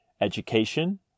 education